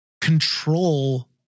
control